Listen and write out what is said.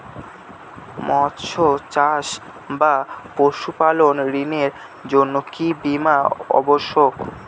মৎস্য চাষ বা পশুপালন ঋণের জন্য কি বীমা অবশ্যক?